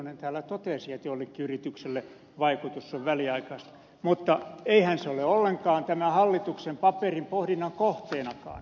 heinonen täällä totesi että joillekin yrityksille vaikutus on väliaikaista mutta eihän se ole ollenkaan tämän hallituksen paperin pohdinnan kohteenakaan